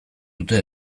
dute